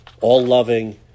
all-loving